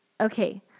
Okay